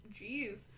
Jeez